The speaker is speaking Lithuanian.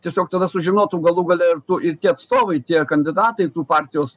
tiesiog tada sužinotų galų gale ir tu ir tie atstovai tie kandidatai tų partijos